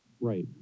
right